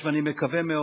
ואני מקווה מאוד